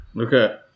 Okay